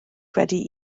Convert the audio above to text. wedi